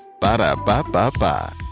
Ba-da-ba-ba-ba